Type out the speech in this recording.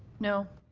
no.